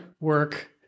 work